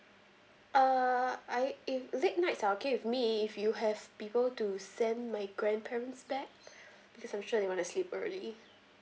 uh I if late nights are okay with me if you have people to send my grandparents back cause I'm sure they want to sleep early